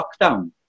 lockdown